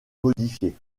modifié